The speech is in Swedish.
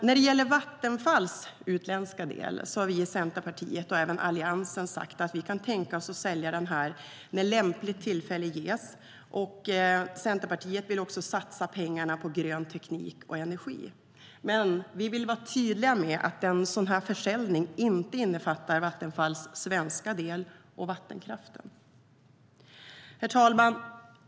När det gäller Vattenfalls utländska del har vi i Centerpartiet och även Alliansen sagt att vi kan tänka oss att sälja den när lämpligt tillfälle ges. Centerpartiet vill också satsa pengarna på grön teknik och energi. Men vi vill vara tydliga med att en sådan försäljning inte innefattar Vattenfalls svenska del eller vattenkraften. Herr talman!